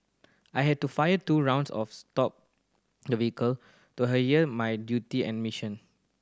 I had to fire two rounds of stop the vehicle to adhere to my duty and mission